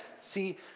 See